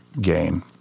gain